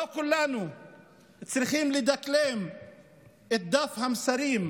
לא כולנו צריכים לדקלם את דף המסרים,